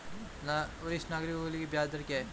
वरिष्ठ नागरिकों के लिए ब्याज दर क्या हैं?